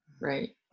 right